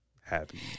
happy